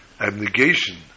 abnegation